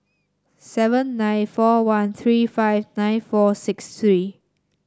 seven nine four one three five nine four six three